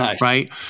right